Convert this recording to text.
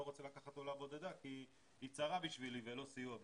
רוצה לקחת עולה בודדה כי: היא צרה בשבילי ולא סיוע בשבילי.